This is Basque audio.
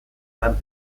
lan